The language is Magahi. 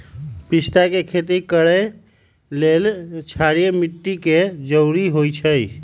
पिस्ता के खेती करय लेल क्षारीय माटी के जरूरी होई छै